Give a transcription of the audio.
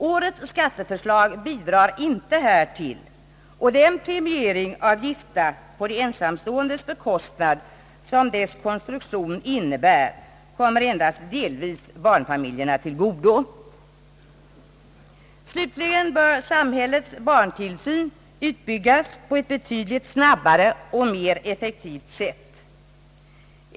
Årets skatteförslag bidrar inte härtill, och den premiering av gifta på de ensamståendes bekostnad som dess konstruktion innebär kommer endast delvis barnfamiljerna till godo. Slutligen bör samhällets barntillsyn utbyggas på ett betydligt snabbare och mera effektivt sätt.